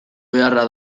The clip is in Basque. beharra